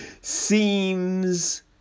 seems